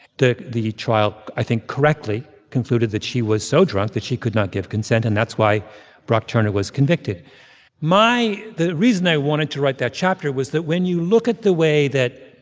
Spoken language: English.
the the trial, i think, correctly concluded that she was so drunk that she could not give consent, and that's why brock turner was convicted my the reason i wanted to write that chapter was that when you look at the way that